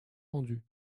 rendu